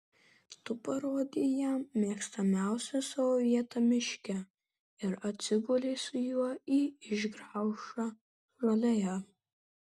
tu parodei jam mėgstamiausią savo vietą miške ir atsigulei su juo į išgraužą žolėje